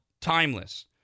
Timeless